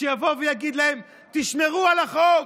שיבוא ויגיד להם: תשמרו על החוק?